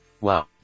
wow